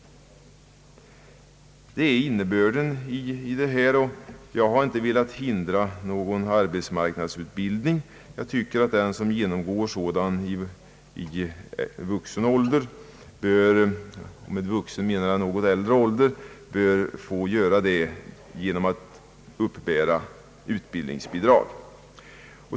Detta är innebörden i förslaget. Jag har alls inte velat hindra någon arbetsmarknadsutbildning. Jag tycker att den som genomgår sådan utbildning i vuxen ålder — med »vuxen» menar jag något högre ålder — bör få möjlighet att göra det genom att uppbära utbildningsbidrag.